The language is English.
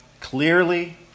clearly